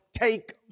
Take